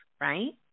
right